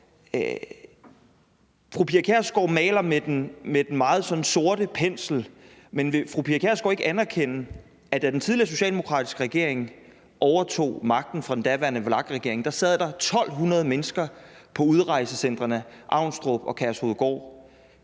Fru Pia Kjærsgaard maler med den meget sorte pensel, men vil fru Pia Kjærsgaard ikke anerkende, at da den tidligere socialdemokratiske regering overtog magten fra den daværende VLAK-regering, sad der 1.200 mennesker på udrejsecentrene Avnstrup og Kærshovedgård,